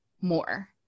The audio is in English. more